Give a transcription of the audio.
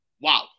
Wow